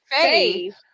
faith